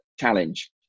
challenge